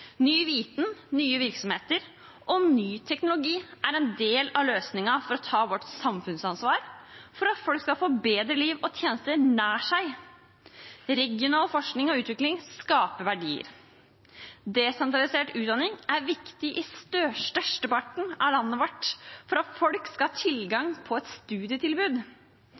Ny viten, nye virksomheter og ny teknologi er en del av løsningen for å ta vårt samfunnsansvar for at folk skal få bedre liv og tjenester nær seg. Regional forskning og utvikling skaper verdier. Desentralisert utdanning er viktig i størsteparten av landet vårt for at folk skal ha tilgang på et studietilbud,